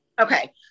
Okay